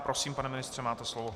Prosím, pane ministře, máte slovo.